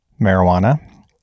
marijuana